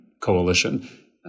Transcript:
coalition